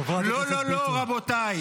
לא, לא, רבותיי.